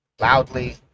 loudly